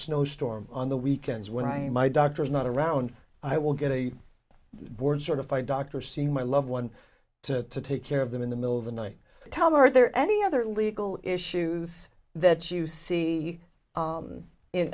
snowstorm on the weekends when i am my doctor is not around i will get a board certified doctor see my loved one to take care of them in the middle of the night tell me are there any other legal issues that you see